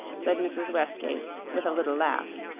said mrs. westgate with a little laugh.